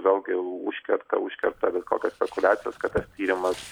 vėlgi užkerta užkerta bet kokias spekuliacijas kad tas tyrimas